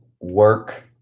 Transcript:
work